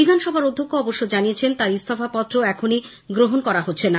বিধানসভার অধ্যক্ষ অবশ্য জানিয়েছেন তাঁর ইস্তফা পত্র এখনই গ্রহণ করা হচ্ছে না